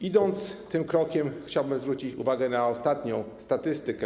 Idąc tym tropem, chciałbym zwrócić uwagę na ostatnią statystykę.